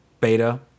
beta